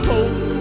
hope